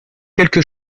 quelque